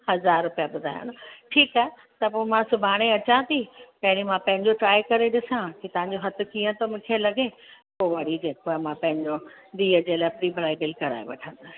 हज़ार रुपिया ॿुधायो न ठीकु आहे त पोइ मां सुबाणे अचां थी पहिरीं मां पंहिंजो ट्राय करे ॾिसां की तव्हांजो हथ कीअं थो मुखे लॻे पोइ वरी मां जेको आहे पंहिंजो धीअ जे लाइ प्री ब्राइडल कराए वठां